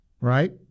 right